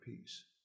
peace